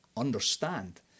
understand